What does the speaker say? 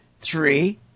three